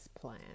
plan